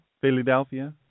Philadelphia